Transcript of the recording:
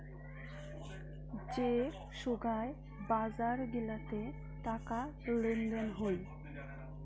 যে সোগায় বাজার গিলাতে টাকা লেনদেন হই